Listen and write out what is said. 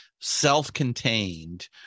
self-contained